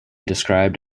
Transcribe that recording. described